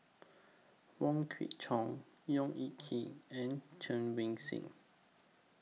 Wong Kwei Cheong Yong Yee Kee and Chen Wen Hsi